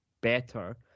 better